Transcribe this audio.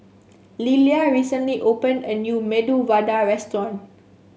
Lillia recently open a new Medu Vada Restaurant